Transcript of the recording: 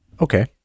Okay